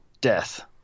death